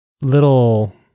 little